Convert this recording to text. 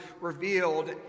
revealed